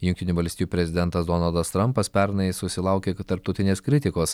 jungtinių valstijų prezidentas donaldas trampas pernai susilaukė tarptautinės kritikos